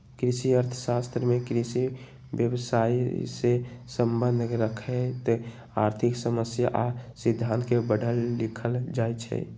कृषि अर्थ शास्त्र में कृषि व्यवसायसे सम्बन्ध रखैत आर्थिक समस्या आ सिद्धांत के पढ़ल लिखल जाइ छइ